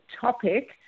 topic